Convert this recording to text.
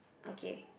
okay